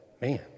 man